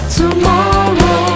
tomorrow